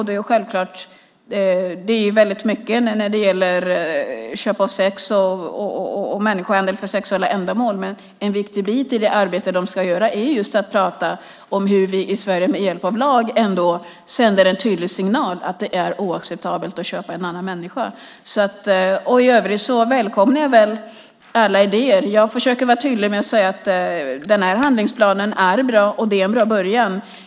Det gäller väldigt mycket köp av sex och människohandel för sexuella ändamål. Men en viktig bit i det arbete som de ska göra är just att tala om hur vi i Sverige med hjälp av en lag ändå sänder en tydlig signal om att det är oacceptabelt att köpa en annan människa. I övrigt välkomnar jag alla idéer. Jag försöker vara tydlig med att säga att denna handlingsplan är bra och att det är en bra början.